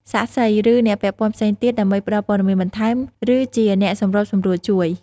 សាក្សី ឬអ្នកពាក់ព័ន្ធផ្សេងទៀត ដើម្បីផ្តល់ព័ត៌មានបន្ថែម ឬជាអ្នកសម្របសម្រួលជួយ។